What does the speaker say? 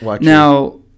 Now